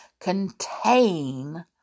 contain